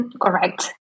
Correct